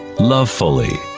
love fully,